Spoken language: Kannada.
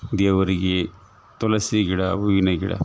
ದೇವರಿಗೆ ತುಳಸಿ ಗಿಡ ಹೂವಿನ ಗಿಡ